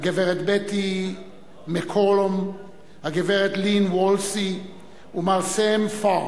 הגברת בטי מקולום, הגברת לין וולסי ומר סם פר,